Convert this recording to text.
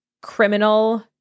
criminal